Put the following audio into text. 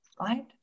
right